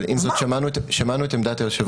אבל עם זאת, שמענו את עמדת היושב-ראש.